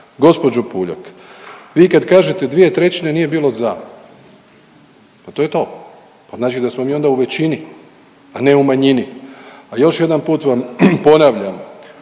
Gospođo Puljak, vi kad kažete dvije trećine nije bilo za. Pa to je to. Znači da smo mi onda u većini, a ne u manjini. A još jedan put vam ponavljam.